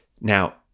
Now